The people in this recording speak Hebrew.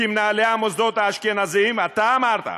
כי מנהלי המוסדות האשכנזיים אתה אמרת,